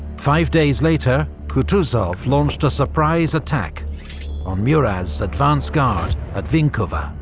five days later, kutuzov launched a surprise attack on murat's advance guard at vinkovo,